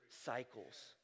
cycles